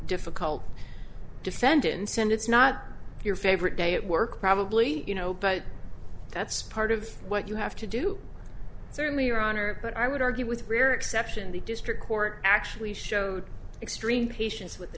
difficult defendants and it's not your favorite day at work probably you know but that's part of what you have to do certainly your honor but i would argue with rare exception the district court actually showed extreme patience with the